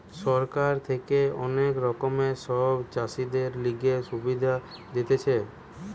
সরকার থাকে অনেক রকমের সব চাষীদের লিগে সুবিধা দিতেছে